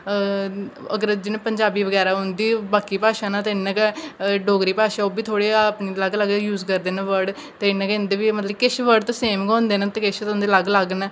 अगर जि'यां पंजाबी बगैरा उं'दी बाकी भाशां न ते इ'यां गै डोगरी भाशा ओह् बी थोह्ड़ी अपनी अलग अलग यूज़ करदे न वर्ड ते इ'यां गै इं'दे बी मतलब किश वर्ड ते सेम गै होंदे न किश होंदे अलग अलग